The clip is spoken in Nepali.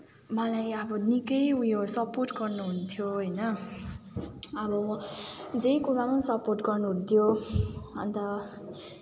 मलाई अब निकै उयो सपोर्ट गर्नुहुन्थ्यो होइन अब जे कुरामा पनि सपोर्ट गर्नुहुन्थ्यो अन्त